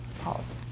Pause